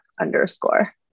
underscore